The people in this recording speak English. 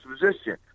position